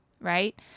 right